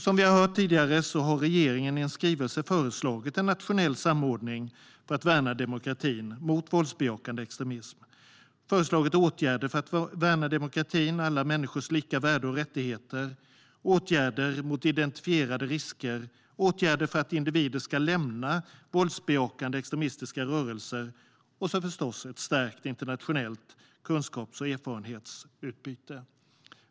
Som vi har hört tidigare har regeringen i en skrivelse föreslagit en nationell samordning för att värna demokratin, värna alla människors lika värde och rättigheter mot våldsbejakande extremism, åtgärder mot identifierade risker, åtgärder för att individer ska lämna våldsbejakande extremistiska rörelser och ett stärkt internationellt kunskaps och erfarenhetsutbyte.